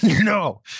no